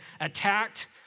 attacked